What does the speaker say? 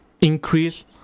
increase